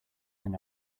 than